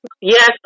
Yes